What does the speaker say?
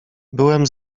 byłem